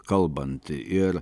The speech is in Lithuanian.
kalbant ir